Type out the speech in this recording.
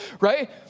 right